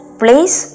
place